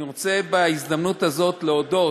אני רוצה בהזדמנות הזאת להודות,